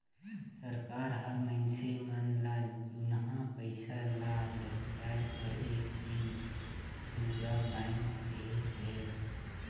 सरकार हर मइनसे मन ल जुनहा पइसा ल लहुटाए बर एक दिन दुरा बांएध देहे रहेल